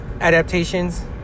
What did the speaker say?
adaptations